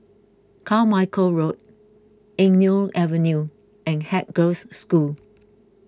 Carmichael Road Eng Neo Avenue and Haig Girls' School